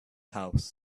house